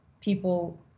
people